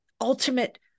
ultimate